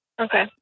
Okay